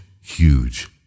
huge